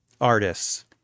artists